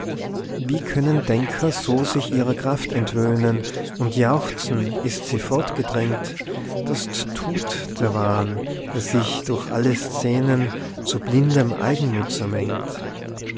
wie können denker so sich ihrer kraft entwöhnen und jauchzen ist sie fortgedrengt das tut der wahn der sich durch alle szenen zu blindem eigennutze